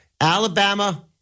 Alabama